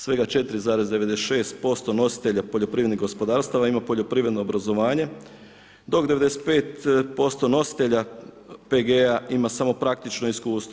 svega 4,96% nositelja poljoprivrednih gospodarstava ima poljoprivredno obrazovanje, dok 95% nositelja PG-a ima samo praktično iskustvo.